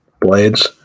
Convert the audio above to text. blades